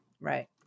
Right